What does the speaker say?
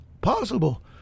possible